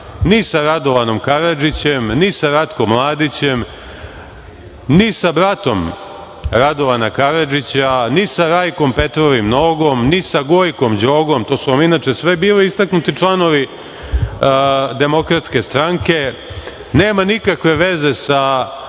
ni sa Radovanom Karadžićem, ni sa Ratkom Mladićem, ni sa bratom Radovana Karadžića, ni sa Rajkom Petrov Nogom, ni sa Gojkom Đogom. To su vam inače, sve bili istaknuti članovi DS. Nema nikakve veze sa